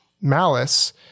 malice